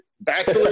Bachelor